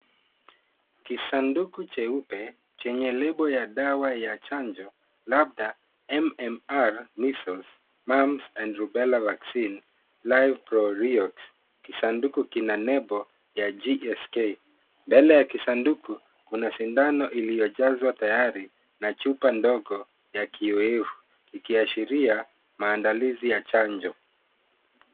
Kisanduku cheupe, kienye lebo ya dawa ya chanjo, labda MMR, Measles, Mumps and Rubella Vaccine live priorix . Kisanduku kina nembo ya GSK. Mbele ya kisanduku kuna sindano iliyojazwa tayari na chupa ndogo ya kioevu ikiashiria maandalizi ya chanjo.